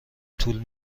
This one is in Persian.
طول